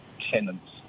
tenants